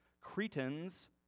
Cretans